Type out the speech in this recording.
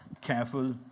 careful